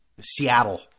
Seattle